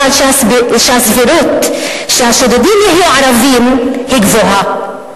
מפני שהסבירות שהשודדים יהיו ערבים היא גבוהה.